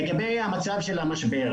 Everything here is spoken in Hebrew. לגבי המצב בעת המשבר.